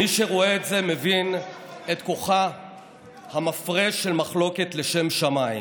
מי שרואה את זה מבין את כוחה המפרה של מחלוקת לשם שמיים.